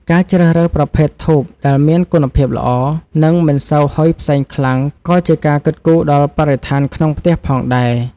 ការជ្រើសរើសប្រភេទធូបដែលមានគុណភាពល្អ និងមិនសូវហុយផ្សែងខ្លាំងក៏ជាការគិតគូរដល់បរិស្ថានក្នុងផ្ទះផងដែរ។